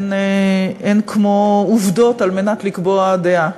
אין כמו עובדות על מנת לקבוע דעה.